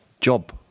job